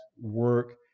work